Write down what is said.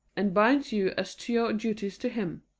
and binds you as to your duties to him.